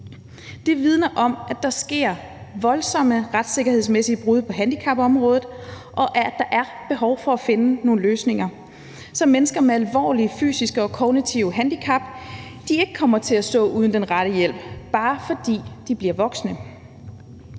Det vidner om, at der sker voldsomme retssikkerhedsmæssige brud på handicapområdet, og at der er behov for at finde nogle løsninger, så mennesker med alvorlige fysiske og kognitive handicap ikke kommer til at stå uden den rette hjælp, bare fordi de bliver voksne.